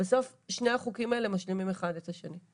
בסוף שני החוקים האלה משלימים אחד את השני.